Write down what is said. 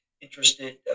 interested